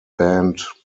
band